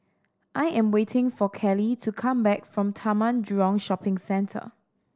I am waiting for Cali to come back from Taman Jurong Shopping Centre